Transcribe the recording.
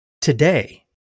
today